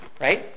right